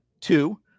Two